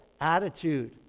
attitude